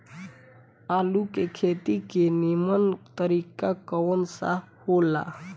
आलू के खेती के नीमन तरीका कवन सा हो ला?